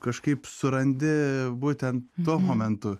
kažkaip surandi būtent tuo momentu